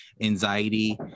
anxiety